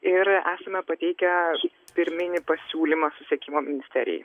ir esame pateikę pirminį pasiūlymą susiekimo ministerijai